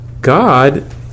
God